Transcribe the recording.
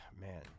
man